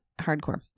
hardcore